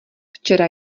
včera